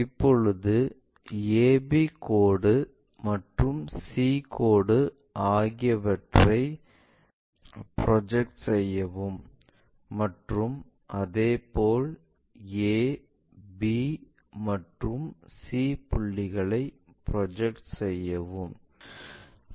இப்பொழுது ab கோடு மற்றும் c கோடு ஆகியவற்றை ரிப்ரொஜெக்ட் செய்யவும் மற்றும் அதேபோல் a b மற்றும் c புள்ளிகளை ரிப்ரொஜெக்ட் செய்யவும்